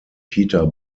peter